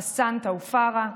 חסאן טאופרה,